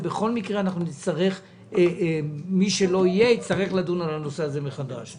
בכל מקרה, מי שלא יהיה יצטרך לדון בנושא הזה מחדש.